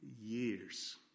years